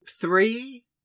three